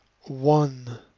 one